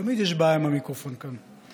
תמיד יש בעיה עם המיקרופון כאן.